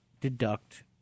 deduct